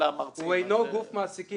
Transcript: הוא אינו גוף מעסיקים.